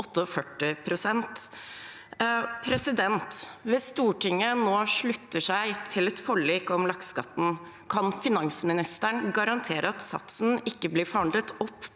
Hvis Stortinget nå slutter seg til et forlik om lakseskatten, kan finansministeren garantere at satsen ikke blir forhandlet opp